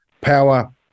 power